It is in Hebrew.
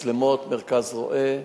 מצלמות מרכז רואה,